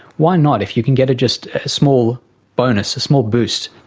why not, if you can get just a small bonus, a small boost,